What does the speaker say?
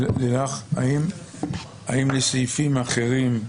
לילך, האם בסעיפים אחרים,